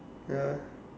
ya ah